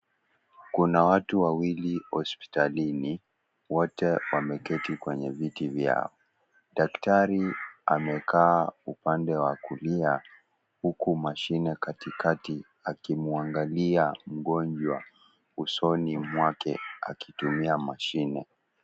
Kuna watu wawili hospitalini wote wameketi kwenye viti vyao. Daktari amekaa upande wa kulia huku mashine katikati amuangalia mgonjwa usoni mwake a tumia mashine.